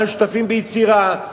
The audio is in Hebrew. אנחנו שותפים ביצירה,